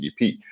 GDP